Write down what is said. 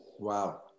Wow